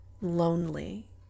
lonely